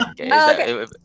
okay